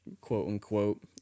quote-unquote